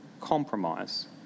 compromise